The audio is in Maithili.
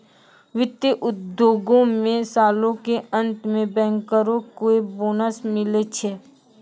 वित्त उद्योगो मे सालो के अंत मे बैंकरो के बोनस मिलै छै